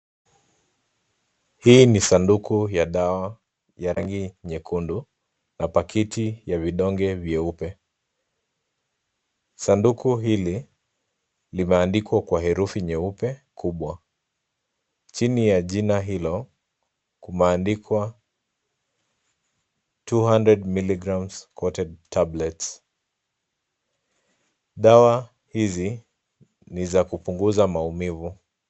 Hii ni sanduku ya dawa ya rangi nyekundu na pakiti ya vidonge vyeupe. Sanduku hili limeandikwa kwa herufi nyeupe kubwa. Chini ya jina hilo kumeandikwa two hundred miligrams coated tablets . Dawa hizi ni za kupunguza maumivu.